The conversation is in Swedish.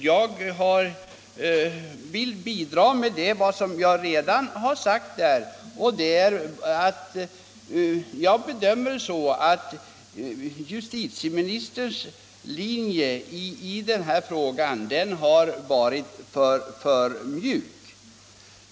Jag vill ändå upprepa vad jag redan har sagt, nämligen att min bedömning är att justitieministerns linje i den här frågan har varit för mjuk.